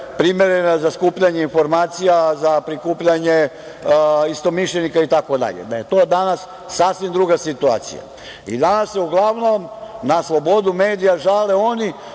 primerene za skupljanje informacija, za prikupljanje istomišljenika itd. da je to danas sasvim druga situacija. Danas se uglavnom na slobodu medija žale oni